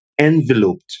enveloped